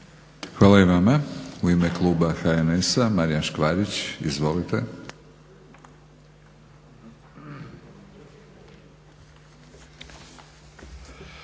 Hvala i vama. U ime kluba HNS-a Marijan Škvarić. Izvolite.